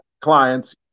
clients